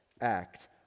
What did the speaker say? act